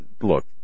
Look